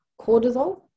cortisol